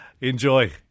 enjoy